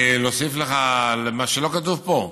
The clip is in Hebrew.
להוסיף לך מה שלא כתוב פה?